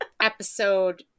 episode